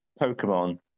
Pokemon